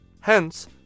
Hence